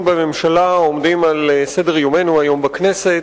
בממשלה עומדים על סדר-יומנו היום בכנסת.